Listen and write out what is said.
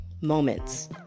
moments